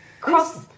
Cross